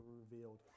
revealed